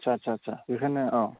आच्चा आच्चा बेफोरनो औ